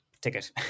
ticket